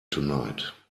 tonight